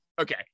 okay